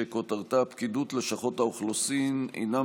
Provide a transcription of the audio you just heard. שכותרתה: פקידות לשכות האוכלוסין אינה